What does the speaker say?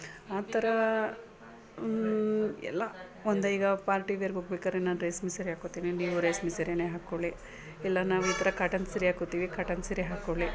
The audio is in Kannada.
ಆ ಥರ ಎಲ್ಲ ಒಂದೀಗ ಪಾರ್ಟಿ ವೇರಿಗೆ ಹೋಗ್ಬೇಕಾದ್ರೆ ನಾ ರೇಷ್ಮೆ ಸೀರೆ ಹಾಕ್ಕೊತೀನಿ ನೀವು ರೇಷ್ಮೆ ಸೀರೆಯೆ ಹಾಕ್ಕೊಳ್ಳಿ ಎಲ್ಲ ನಾವು ಈ ಥರ ಕಾಟನ್ ಸೀರೆ ಹಾಕ್ಕೊತೀವಿ ಕಾಟನ್ ಸೀರೆ ಹಾಕ್ಕೊಳ್ಳಿ